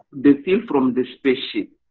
the field from the spaceship.